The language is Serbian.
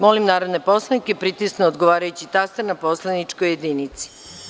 Molim narodne poslanike da pritisnu odgovarajući taster na poslaničkoj jedinici.